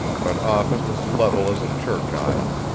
but often as level as a church aisle.